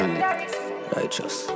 Righteous